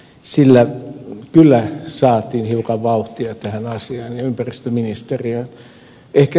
sillä kyllä saatiin hiukan vauhtia tähän asiaan ja ympäristöministeriöön